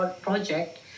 project